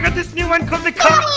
this new one called the ca